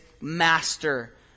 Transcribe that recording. master